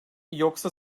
yoksa